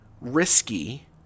risky